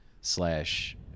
slash